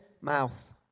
mouth